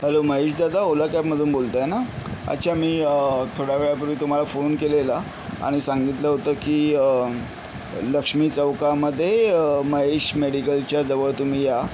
hello Mahesh दादा ओला कॅबमधून बोलताय ना अच्छा मी थोड्या वेळापूर्वी तुम्हाला फोन केलेला आणि सांगितलं होतं की लक्ष्मी चौकामध्ये मयेश मेडिकलच्या जवळ तुम्ही या